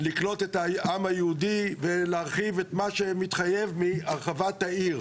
לקלוט את העם היהודי ולהרחיב את מה שמתחייב מהרחבת העיר.